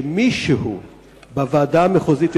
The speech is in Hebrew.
שמישהו בוועדה המחוזית,